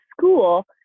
school